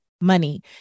money